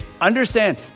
Understand